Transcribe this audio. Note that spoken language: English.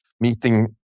meeting